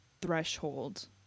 threshold